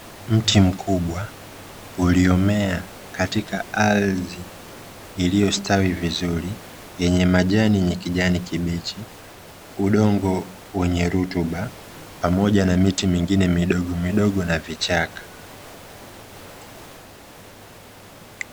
Mti mkubwa uliomea katika ardhi iliyostawi vizuri yenye majani yenye kijani kibichi udongo wenye rutuba pamoja na miti mingine midogomidogo na vichaka.